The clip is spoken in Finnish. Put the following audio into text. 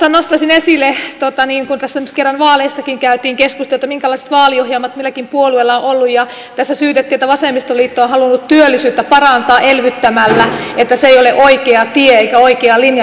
tässä nostaisin esille kun tässä nyt kerran vaaleistakin käytiin keskustelua että minkälaiset vaaliohjelmat milläkin puolueella on ollut ja kun tässä syytettiin että vasemmistoliitto on halunnut työllisyyttä parantaa elvyttämällä ja että se ei ole oikea tie eikä oikea linja joidenkin mielestä